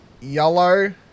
yellow